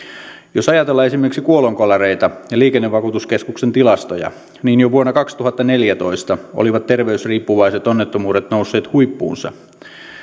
jos ajatellaan esimerkiksi kuolonkolareita ja liikennevakuutuskeskuksen tilastoja niin jo vuonna kaksituhattaneljätoista olivat terveysriippuvaiset onnettomuudet nousseet huippuunsa